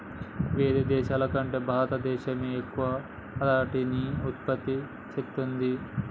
వేరే దేశాల కంటే భారత దేశమే ఎక్కువ అరటిని ఉత్పత్తి చేస్తంది